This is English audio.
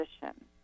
position